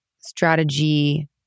strategy